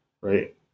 Right